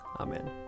Amen